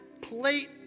plate